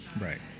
right